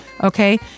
Okay